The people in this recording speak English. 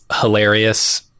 hilarious